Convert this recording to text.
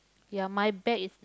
ya my bag is